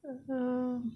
uh uh